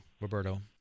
Roberto